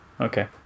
Okay